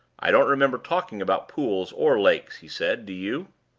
i don't remember talking about pools or lakes, he said. do you?